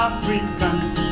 Africans